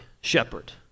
shepherd